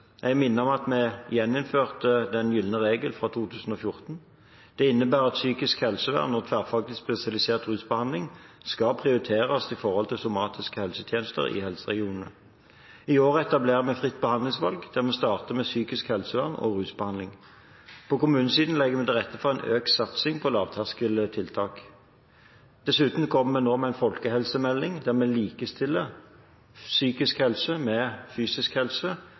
Jeg minner om at vi gjeninnførte den gylne regelen fra 2014. Det innebærer at psykisk helsevern og tverrfaglig spesialisert rusbehandling skal prioriteres i forhold til somatiske helsetjenester i helseregionene. I år etablerer vi fritt behandlingsvalg, der vi starter med psykisk helsevern og rusbehandling. På kommunesiden legger vi til rette for en økt satsing på lavterskeltiltak. Dessuten kommer vi nå med en folkehelsemelding, der vi likestiller psykisk helse med fysisk helse